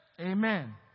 Amen